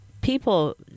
People